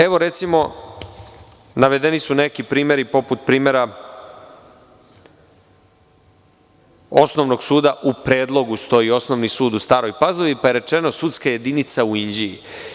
Evo, recimo, navedeni su neki primeri poput primera osnovnog suda u predlogu stoji, Osnovnog suda u Staroj Pazovi pa je rečeno sudska jedinica u Inđiji.